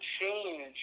change